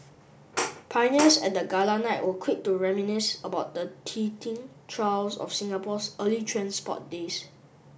pioneers at the gala night were quick to reminisce about the teething trials of Singapore's early transport days